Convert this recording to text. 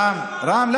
רם,